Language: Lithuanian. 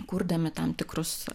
kurdami tam tikrus